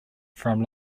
from